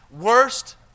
worst